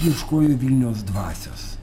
ieškojo vilniaus dvasios